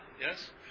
yes